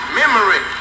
memory